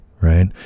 right